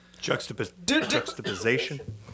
juxtaposition